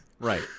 Right